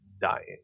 dying